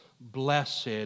blessed